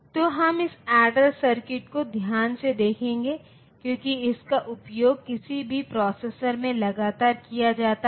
तो हम इस एडेर सर्किट को ध्यान से देखेंगे क्योंकि इसका उपयोग किसी भी प्रोसेसर में लगातार किया जाता है